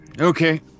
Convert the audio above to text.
Okay